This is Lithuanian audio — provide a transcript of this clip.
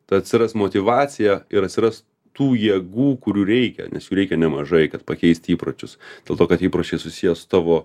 tada atsiras motyvacija ir atsiras tų jėgų kurių reikia nes jų reikia nemažai kad pakeisti įpročius dėl to kad įpročiai susiję su tavo